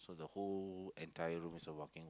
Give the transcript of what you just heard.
so the whole entire room is a walking